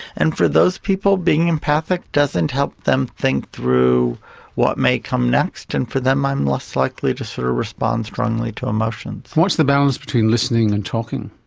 and for those people being empathic doesn't help them think through what may come next, and for them i'm less likely to sort of respond strongly to emotions. what's the balance between listening and talking?